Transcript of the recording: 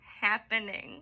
happening